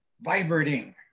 vibrating